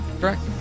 Correct